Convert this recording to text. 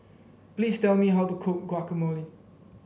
please tell me how to cook Guacamole